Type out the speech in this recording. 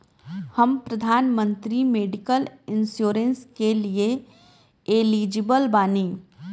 हम प्रधानमंत्री medical insurance के लिए एलिजिबल बानी?